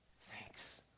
thanks